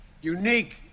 unique